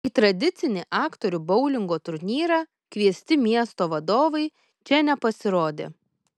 į tradicinį aktorių boulingo turnyrą kviesti miesto vadovai čia nepasirodė